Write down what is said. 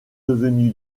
devenu